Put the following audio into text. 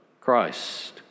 Christ